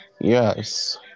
Yes